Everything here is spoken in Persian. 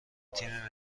تیم